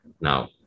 Now